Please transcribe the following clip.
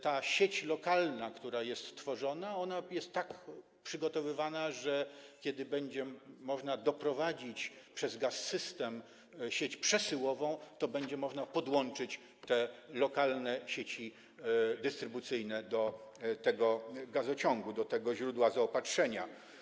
Ta sieć lokalna, która jest tworzona, jest tak przygotowywana, że kiedy będzie można doprowadzić przez Gaz-System sieć przesyłową, to będzie można podłączyć te lokalne sieci dystrybucyjne do tego gazociągu, do tego źródła zaopatrzenia.